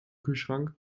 kühlschrank